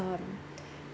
um